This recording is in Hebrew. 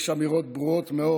יש אמירות ברורות מאוד,